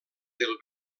del